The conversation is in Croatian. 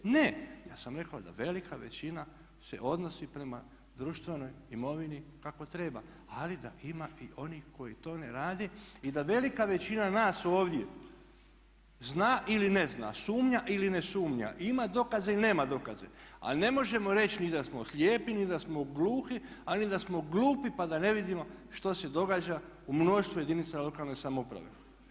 Ne, ja sam rekao da velika većina se odnosi prema društvenoj imovini kako treba ali da ima i onih koji to ne rade i da velika većina nas ovdje zna ili ne zna, sumnja ili ne sumnja, ima dokaze ili nema dokaze al ne možemo reći ni da smo slijepi, ni da smo gluhi ali ni da smo glupi pa da ne vidimo što se događa u mnoštvu jedinica lokalne samouprave.